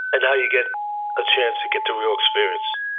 and now you get a chance to get the real experience,